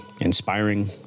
inspiring